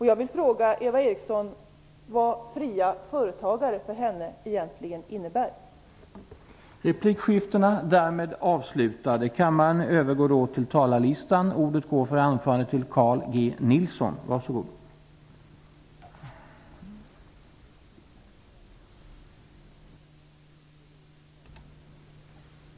Jag vill fråga Eva Eriksson vad fria företagare egentligen innebär för henne.